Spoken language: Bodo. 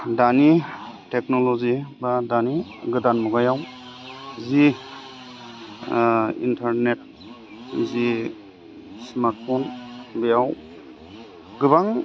दानि टेकनलजि बा दानि गोदान मुगायाव जि इन्टारनेट जि स्मार्टफ'न बेयाव गोबां